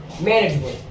manageable